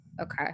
Okay